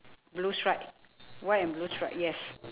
blue stripe white and blue stripe yes